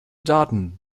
daten